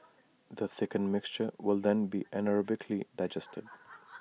the thickened mixture will then be anaerobically digested